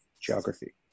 geography